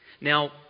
Now